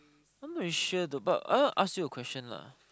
I'm very sure though but I want to ask you a question lah